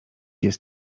jest